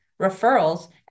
referrals